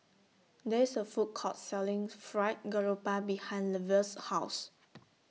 There IS A Food Court Selling Fried Garoupa behind Lavelle's House